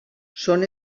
són